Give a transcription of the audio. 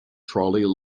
trolley